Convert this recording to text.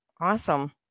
awesome